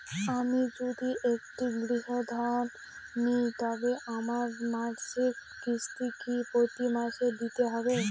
আমি যদি একটি গৃহঋণ নিই তবে আমার মাসিক কিস্তি কি প্রতি মাসে দিতে হবে?